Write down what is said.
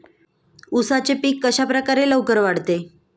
उसाचे पीक कशाप्रकारे लवकर वाढते?